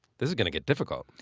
this is gonna get difficult.